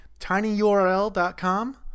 tinyurl.com